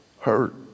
hurt